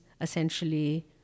essentially